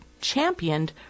championed